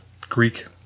Greek